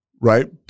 right